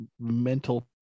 mental